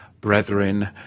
brethren